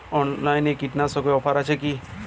অনলাইনে কীটনাশকে কি অফার আছে?